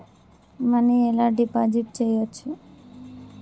Money ఎలా deposit చేయచ్చు?